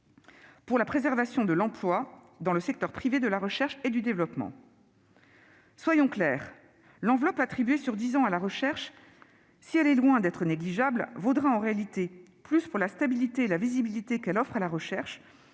à la préservation de l'emploi dans le secteur privé de la recherche et du développement. Soyons clairs : si l'enveloppe attribuée sur dix ans à la recherche est loin d'être négligeable, elle vaudra en réalité plus pour la stabilité et la visibilité qu'elle offre à la recherche